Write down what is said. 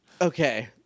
okay